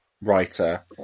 writer